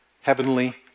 heavenly